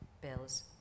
bills